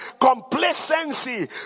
Complacency